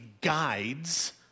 guides